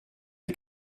die